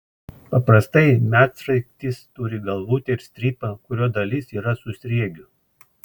paprastai medsraigtis turi galvutę ir strypą kurio dalis yra su sriegiu